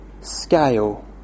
scale